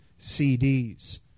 cds